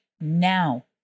now